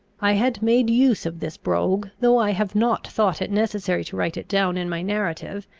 i had made use of this brogue, though i have not thought it necessary to write it down in my narrative,